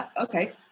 okay